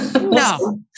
No